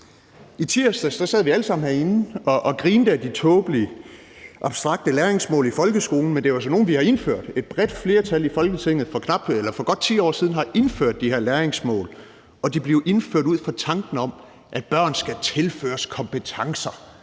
I tirsdags sad vi alle sammen herinde og grinte af de tåbelige, abstrakte læringsmål i folkeskolen, men det er altså nogle, vi har indført. Et bredt flertal i Folketinget har for knap 10 år siden indført de her læringsmål, og de blev indført ud fra tanken om, at børn skal tilføres kompetencer,